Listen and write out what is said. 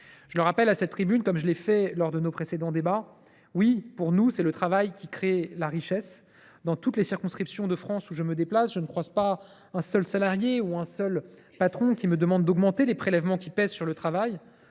Je le rappelle à cette tribune, comme je l’ai déjà fait lors de nos précédents débats : oui, pour nous, c’est le travail qui crée la richesse ! Dans toutes les circonscriptions de France où je me déplace, je ne croise pas un seul salarié ou un seul patron qui me demande d’augmenter les prélèvements qui pèsent sur le travail.